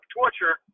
torture